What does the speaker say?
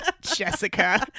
Jessica